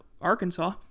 Arkansas